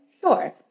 Sure